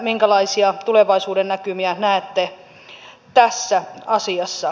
minkälaisia tulevaisuuden näkymiä näette tässä asiassa